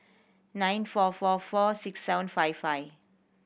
nine four four four six seven five five